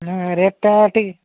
ନାଁ ରେଟ୍ଟା ଟିକେ